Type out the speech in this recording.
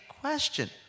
question